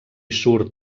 surt